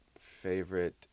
Favorite